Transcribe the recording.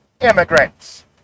immigrants